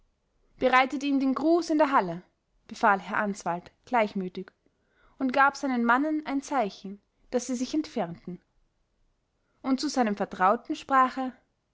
bereitet ihm den gruß in der halle befahl herr answald gleichmütig und gab seinen mannen ein zeichen daß sie sich entfernten und zu seinem vertrauten sprach